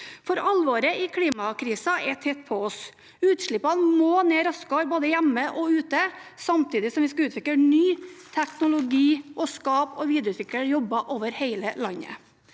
For alvoret i klimakrisen er tett på oss: Utslippene må ned raskere, både hjemme og ute, samtidig som vi skal utvikle ny teknologi og skape og videreutvikle jobber over hele landet.